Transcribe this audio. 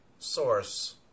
source